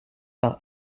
par